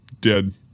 dead